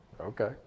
Okay